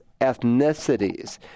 ethnicities